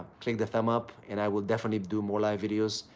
click the thumbs up and i will definitely do more live videos.